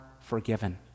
forgiven